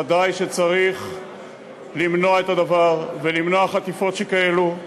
ודאי שצריך למנוע את הדבר ולמנוע חטיפות שכאלו,